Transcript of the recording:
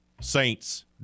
Saints